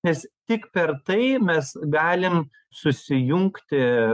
nes tik per tai mes galim susijungti